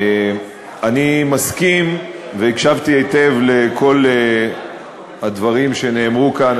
אני מסכים, והקשבתי היטב לכל הדברים שנאמרו כאן.